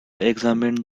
examined